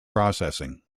processing